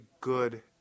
good